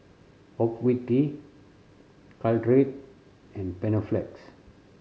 Ocuvite Caltrate and Panaflex